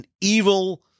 evil